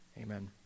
Amen